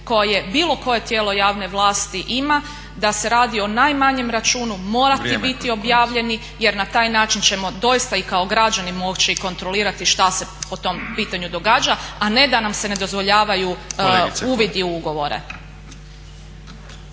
koje bilo koje tijelo javne vlasti ima, da se radi o najmanjem računu morati biti objavljeni jer na taj način ćemo doista i kao građani moći kontrolirati šta se po tom pitanju događa, a ne da nam se ne dozvoljavaju uvidi u ugovore.